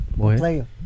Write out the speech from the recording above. Play